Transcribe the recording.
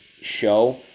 show